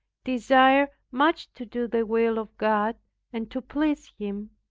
desired much to do the will of god and to please him,